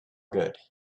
good